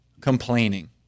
Complaining